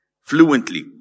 fluently